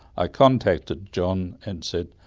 i contacted john and said,